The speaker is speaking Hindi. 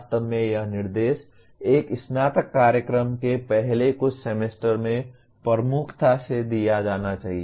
वास्तव में यह निर्देश एक स्नातक कार्यक्रम के पहले कुछ सेमेस्टर में प्रमुखता से दिया जाना चाहिए